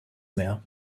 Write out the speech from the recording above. mehr